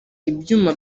ibyuma